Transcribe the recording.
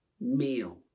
meal